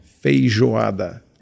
Feijoada